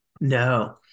No